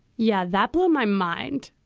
yeah, that blew my mind.